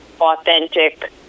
authentic